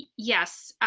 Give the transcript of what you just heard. yes.